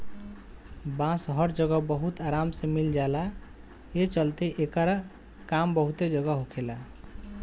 बांस हर जगह बहुत आराम से मिल जाला, ए चलते एकर काम बहुते जगह होखेला